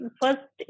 first